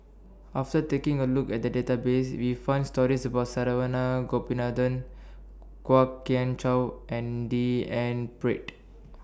after taking A Look At The Database We found stories about Saravanan Gopinathan Kwok Kian Chow and D N Pritt